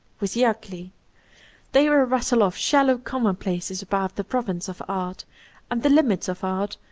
with the ugly they will rattle off shallow comnionplacesl about the province of art and the limits of art,